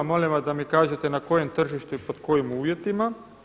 Molim vas da mi kažete na kojem tržištu i pod kojim uvjetima.